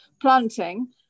planting